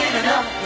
enough